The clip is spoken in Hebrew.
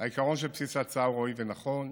העיקרון בבסיס ההצעה הוא ראוי ונכון.